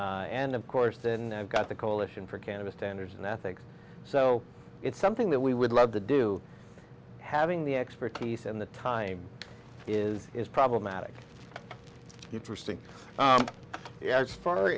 and of course and i've got the coalition for canada standards and ethics so it's something that we would love to do having the expertise and the time is problematic it's wristing yeah it's far